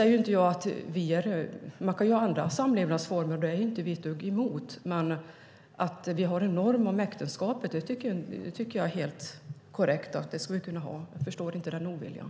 Man kan ha andra samlevnadsformer, det är vi inte det minsta emot, men att vi har en norm som gäller äktenskapet tycker jag är helt korrekt. Det ska vi kunna ha. Jag förstår inte den oviljan.